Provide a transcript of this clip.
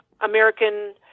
American